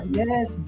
yes